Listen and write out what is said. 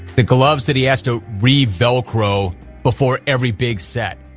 the gloves that he has to re velcro before every big set.